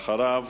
אחריו,